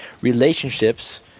relationships